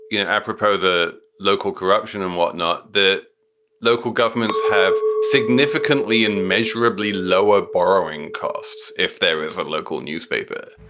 you know, apropos the local corruption and whatnot. the local governments have significantly and measurably lower borrowing costs. if there is a local newspaper.